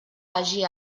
hagi